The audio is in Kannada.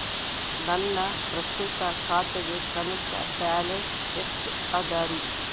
ನನ್ನ ಪ್ರಸ್ತುತ ಖಾತೆಗೆ ಕನಿಷ್ಠ ಬ್ಯಾಲೆನ್ಸ್ ಎಷ್ಟು ಅದರಿ?